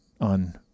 on